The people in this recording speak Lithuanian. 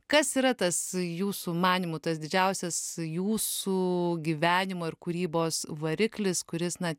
kas yra tas jūsų manymu tas didžiausias jūsų gyvenimo ir kūrybos variklis kuris na